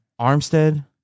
Armstead